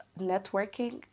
networking